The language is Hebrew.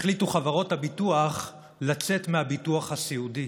החליטו חברות הביטוח לצאת מהביטוח הסיעודי.